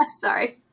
Sorry